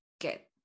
get